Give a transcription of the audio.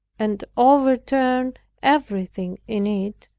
and overturned everything in it,